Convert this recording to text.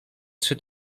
trzy